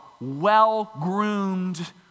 well-groomed